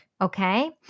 okay